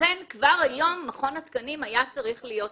לכן כבר היום מכון התקנים היה צריך להיות ערוך.